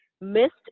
missed